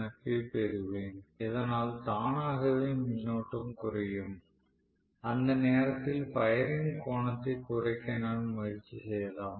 F பெறுவேன் இதனால் தானாகவே மின்னோட்டம் குறையும் அந்த நேரத்தில் பயரிங் கோணத்தை குறைக்க நான் முயற்சி செய்யலாம்